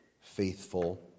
faithful